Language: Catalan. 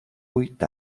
vuit